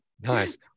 Nice